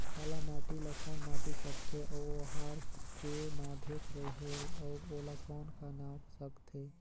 काला माटी ला कौन माटी सकथे अउ ओहार के माधेक रेहेल अउ ओला कौन का नाव सकथे?